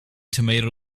tomato